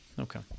Okay